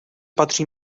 patří